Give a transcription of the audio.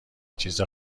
چیز